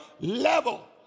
level